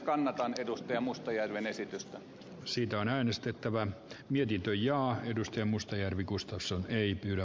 kannatan edustaja mustajärven esitys siitä on äänestettävä mietintö linjaa edusti mustajärvi gustafsson ei ed